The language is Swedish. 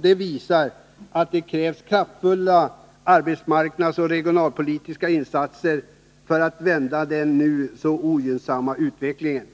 det visar att det krävs kraftfulla arbetsmarknadsoch regionalpolitiska insatser för att vända den nu så ogynnsamma utvecklingen.